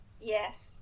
yes